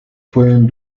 pueden